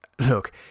Look